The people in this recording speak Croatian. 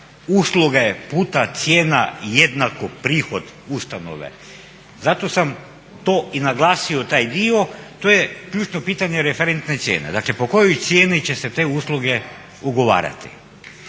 usluge puta cijena jednako prihod ustanove, zato sam to i naglasio taj dio, to je ključno pitanje referentne cijene, dakle po kojoj cijeni će se te usluge ugovarati.